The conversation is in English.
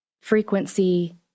frequency